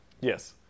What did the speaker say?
Yes